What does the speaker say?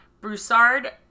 Broussard